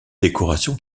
décoration